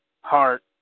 heart